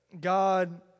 God